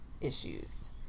issues